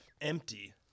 empty